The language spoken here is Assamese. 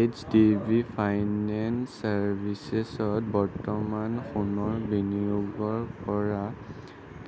এইচ ডি বি ফাইনেন্স ছাৰ্ভিচেছত বৰ্তমান সোণৰ বিনিয়োগৰ পৰা